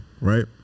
right